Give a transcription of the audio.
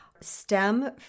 stem